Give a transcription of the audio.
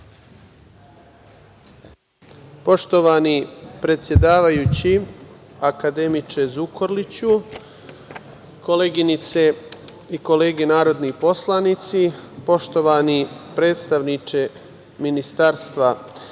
Poštovani predsedavajući akademiče Zukorliću, koleginice i kolege narodni poslanici, poštovani predstavniče Ministarstva pravde,